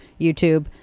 YouTube